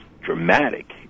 dramatic